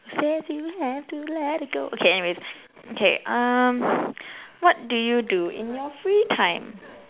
says you have to let it go okay anyways okay um what do you do in your free time